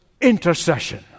intercession